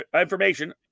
information